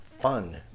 fun